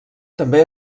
també